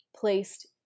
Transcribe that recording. Placed